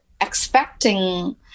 expecting